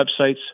websites